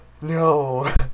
no